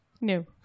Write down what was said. No